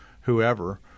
whoever